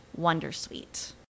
wondersuite